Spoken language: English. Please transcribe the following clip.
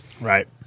Right